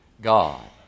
God